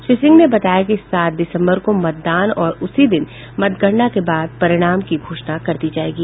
श्री सिंह ने बताया कि सात दिसम्बर को मतदान और उसी दिन मतगणना की गिनती के बाद परिणाम की घोषणा कर दी जायेगी